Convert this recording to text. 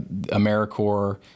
AmeriCorps